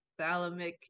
thalamic